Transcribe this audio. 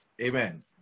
Amen